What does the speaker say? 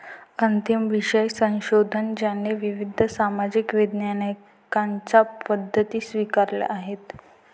अंतिम विषय संशोधन ज्याने विविध सामाजिक विज्ञानांच्या पद्धती स्वीकारल्या आहेत